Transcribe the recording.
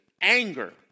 anger